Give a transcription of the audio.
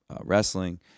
wrestling